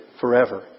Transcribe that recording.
forever